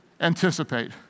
anticipate